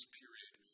period